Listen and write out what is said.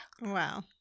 Wow